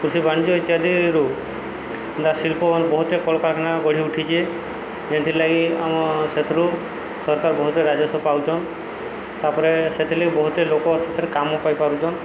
କୃଷି ବାଣିଜ୍ୟ ଇତ୍ୟାଦିରୁ ତା ଶିଳ୍ପ ବହୁତ କଳକାରଖାନା ଗଢ଼ି ଉଠିଛି ଏଥି ଲାଗି ଆମ ସେଥିରୁ ସରକାର ବହୁତ ରାଜସ୍ୱ ପାଉଛନ୍ତି ତାପରେ ସେଥିଲାଗି ବହୁତ ଲୋକ ସେଥିରେ କାମ ପାଇପାରୁଛନ୍ତି